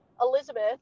Elizabeth